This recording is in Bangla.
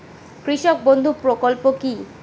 কৃষক বন্ধু প্রকল্প কি?